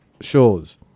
shows